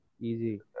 easy